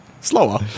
slower